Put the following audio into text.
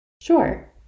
Sure